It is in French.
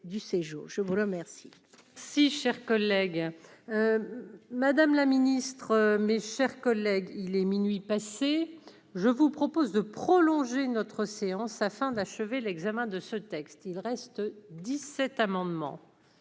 je vous remercie.